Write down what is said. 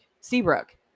Seabrook